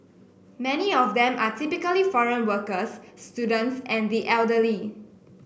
many of them are typically foreign workers students and the elderly